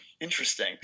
Interesting